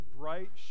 bright